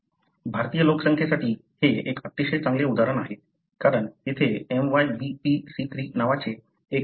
भारतीय लोकसंख्येसाठी हे एक अतिशय चांगले उदाहरण आहे कारण तेथे MYBPC3 नावाचे एक जीन आहे